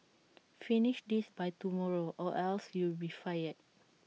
finish this by tomorrow or else you'll be fired